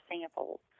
samples